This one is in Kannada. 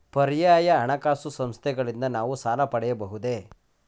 ಪರ್ಯಾಯ ಹಣಕಾಸು ಸಂಸ್ಥೆಗಳಿಂದ ನಾವು ಸಾಲ ಪಡೆಯಬಹುದೇ?